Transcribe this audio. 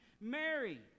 Mary